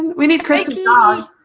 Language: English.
we need christa's like